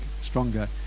stronger